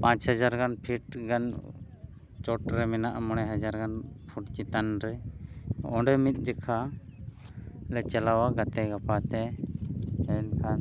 ᱯᱟᱸᱪ ᱦᱟᱡᱟᱨ ᱜᱟᱱ ᱯᱷᱤᱴ ᱜᱟᱱ ᱪᱚᱴ ᱨᱮ ᱢᱮᱱᱟᱜᱼᱟ ᱢᱚᱬᱮ ᱦᱟᱡᱟᱨ ᱜᱟᱱ ᱯᱷᱩᱴ ᱪᱮᱛᱟᱱ ᱨᱮ ᱚᱸᱰᱮ ᱢᱤᱫ ᱡᱚᱠᱷᱟᱞᱮ ᱪᱟᱞᱟᱣᱟ ᱜᱟᱛᱮ ᱜᱟᱯᱟᱛᱮ ᱛᱟᱦᱮᱱ ᱠᱷᱟᱱ